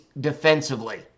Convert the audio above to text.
defensively